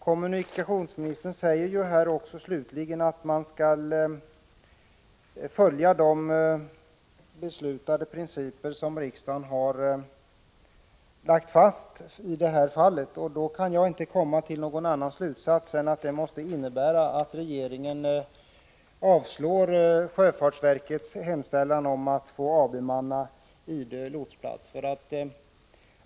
Kommunikationsministern säger ju slutligen att de principer som riksdagen har lagt fast skall följas. Jag kan då inte komma till någon annan slutsats än att regeringen avslår sjöfartsverkets hemställan om att få avbemanna Idö lotsplats.